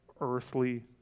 earthly